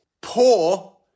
Poor